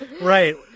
right